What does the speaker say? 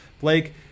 Blake